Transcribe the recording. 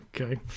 Okay